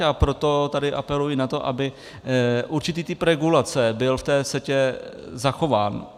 A proto tady apeluji na to, aby určitý typ regulace byl v té CETA zachován.